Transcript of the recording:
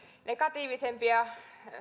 negatiivisempia